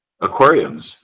aquariums